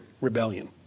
rebellion